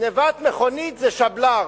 גנבת מכונית זה שבל"ר.